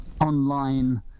online